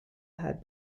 had